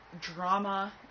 drama